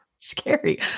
scary